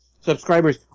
subscribers